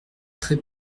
très